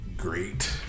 great